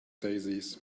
daisies